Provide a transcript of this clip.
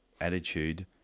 attitude